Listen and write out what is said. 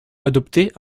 adoptés